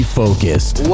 focused